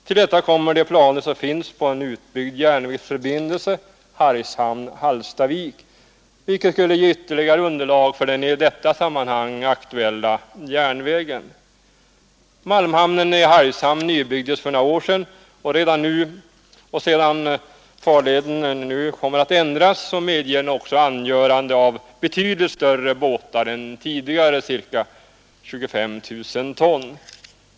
Till detta kommer de planer som finns på en utbyggd järnvägsförbindelse Hargshamn — Hallstavik, vilket skulle ge ytterligare underlag för den i detta sammanhang aktuella järnvägen. Malmhamnen i Hargshamn ombyggdes för några år tillbaka, och sedan farleden nu även ändrats medger den ett angörande av betydligt större båtar än tidigare, på ca 25 000 ton.